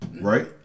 Right